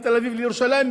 מתל-אביב לירושלים,